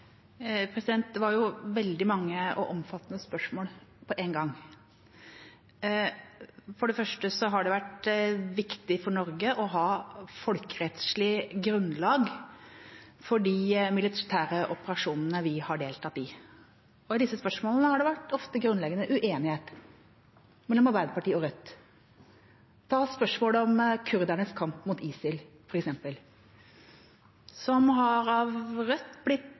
Det var jo veldig mange og omfattende spørsmål på én gang. For det første har det vært viktig for Norge å ha folkerettslig grunnlag for de militære operasjonene vi har deltatt i, og i disse spørsmålene har det ofte vært grunnleggende uenighet mellom Arbeiderpartiet og Rødt. Ta f.eks. spørsmålet om kurdernes kamp mot ISIL, som av Rødt har blitt